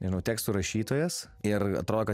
nežinau tekstų rašytojas ir atrodo kad